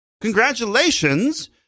Congratulations